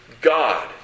God